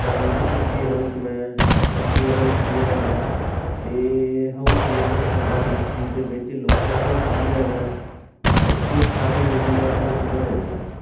हां एह् कच्चे हाऊस ने पक्के हाऊस बी हैन न ते हाऊस जेह्ड़े सांबा डिस्ट्रिक्ट दे बिच्च लोकल हाऊस बी हैन न ते एह् सारे जेह्ड़े ने हाऊस बने दे न